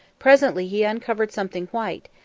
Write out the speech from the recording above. presently he uncovered something white,